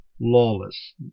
lawless